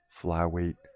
Flyweight